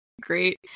great